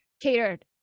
catered